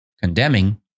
condemning